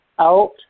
out